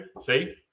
See